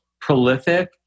prolific